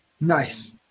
nice